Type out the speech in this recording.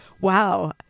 Wow